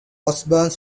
osbourne